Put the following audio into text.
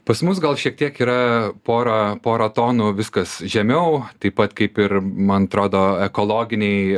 pas mus gal šiek tiek yra pora pora tonų viskas žemiau taip pat kaip ir man atrodo ekologinėj